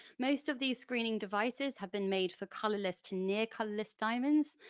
most of these screening devices have been made for colourless to near colourless diamonds,